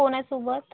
कोणासोबत